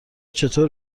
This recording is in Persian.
چطور